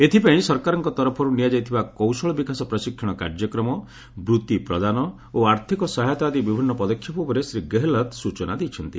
ଏଥିପାଇଁ ସରକାରଙ୍କ ତରଫରୁ ନିଆଯାଇଥିବା କୌଶଳ ବିକାଶ ପ୍ରଶିକ୍ଷଣ କାର୍ଯ୍ୟକ୍ରମ ବୃଭି ପ୍ରଦାନ ଓ ଆର୍ଥିକ ସହାୟତା ଆଦି ବିଭିନ୍ନ ପଦକ୍ଷେପ ଉପରେ ଶ୍ରୀ ଗେହଲତ୍ ସୂଚନା ଦେଇଛନ୍ତି